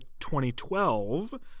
2012